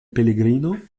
pellegrino